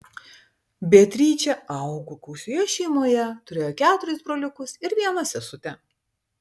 beatričė augo gausioje šeimoje turėjo keturis broliukus ir vieną sesutę